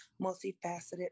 multifaceted